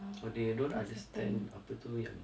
but they don't understand apa tu yang